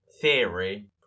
theory